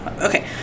okay